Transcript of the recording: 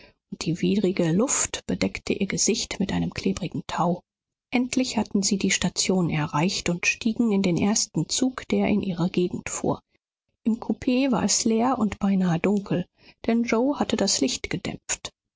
die widrige luft bedeckte ihr gesicht mit einem klebrigen tau endlich hatten sie die station erreicht und stiegen in den ersten zug der in ihre gegend fuhr im kupee war es leer und beinahe dunkel denn yoe hatte das licht gedämpft